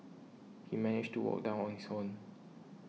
he managed to walk down on his own